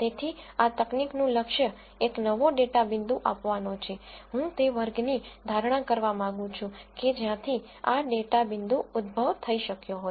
તેથી આ તકનીકનું લક્ષ્ય એક નવો ડેટા પોઇન્ટઆપવાનો છે હું તે વર્ગની ધારણા કરવા માંગુ છું કે જ્યાંથી આ ડેટા પોઇન્ટ ઉદ્ભવ થઈ શક્યો હોય